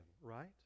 right